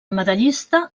medallista